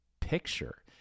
picture